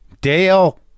Dale